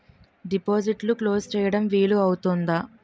డిపాజిట్లు క్లోజ్ చేయడం వీలు అవుతుందా?